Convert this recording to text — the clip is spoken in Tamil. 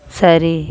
சரி